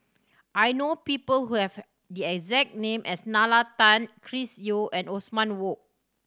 I know people who have the exact name as Nalla Tan Chris Yeo and Othman Wok